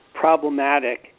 problematic